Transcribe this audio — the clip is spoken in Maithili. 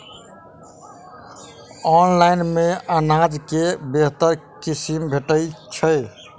ऑनलाइन मे अनाज केँ बेहतर किसिम भेटय छै?